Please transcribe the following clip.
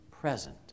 present